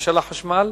למשל החשמל,